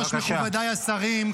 מכובדיי השרים,